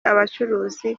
abacuruzi